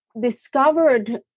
discovered